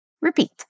Repeat